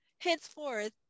henceforth